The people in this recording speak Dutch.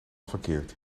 verkeerd